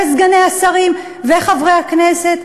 וסגני השרים וחברי הכנסת?